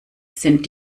sind